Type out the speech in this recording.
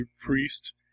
priest